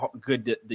good